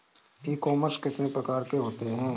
ई commerce कितने प्रकार के होते हैं?